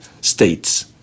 states